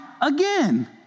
again